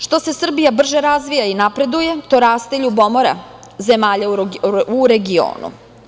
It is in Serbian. Što se Srbija brže razvija i napreduje, to raste ljubomora zemalja u regionu.